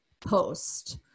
post